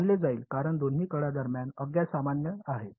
मानले जाईल कारण दोन्ही कडा दरम्यान अज्ञात सामान्य आहे